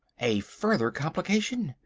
a further complication!